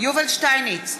יובל שטייניץ,